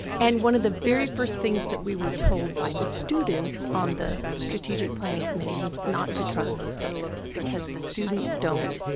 and one of the very first things that we were told by the students on the strategic planning committee was not to trust those data, because the students don't